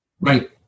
Right